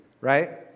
right